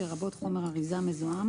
לרבות חומר אריזה מזוהם